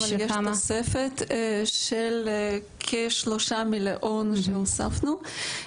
יש תוספת של כ-3,000,000 שהוספנו,